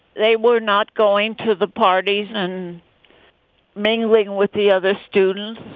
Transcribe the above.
they were not going to the parties and mingling with the other students.